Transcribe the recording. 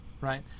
right